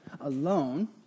alone